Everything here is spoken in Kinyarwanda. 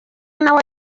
nawe